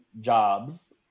jobs